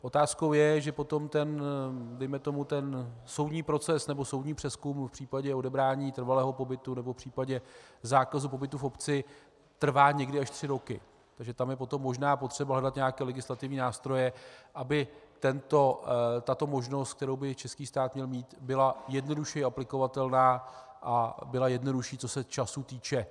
Otázkou je, že potom dejme tomu soudní proces nebo soudní přezkum v případě odebrání trvalého pobytu nebo v případě zákazu pobytu v obci trvá někdy až tři roky, takže tam je potom možná potřeba hledat nějaké legislativní nástroje, aby tato možnost, kterou by český stát měl mít, byla jednodušeji aplikovatelná a byla jednodušší, co se času týče.